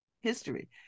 history